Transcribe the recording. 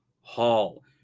Hall